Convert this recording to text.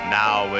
now